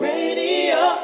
Radio